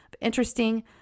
interesting